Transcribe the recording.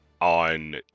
on